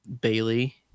Bailey